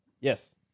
yes